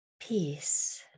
peace